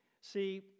See